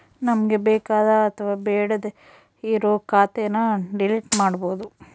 ನಮ್ಗೆ ಬೇಕಾದ ಅಥವಾ ಬೇಡ್ಡೆ ಇರೋ ಖಾತೆನ ಡಿಲೀಟ್ ಮಾಡ್ಬೋದು